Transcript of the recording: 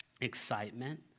excitement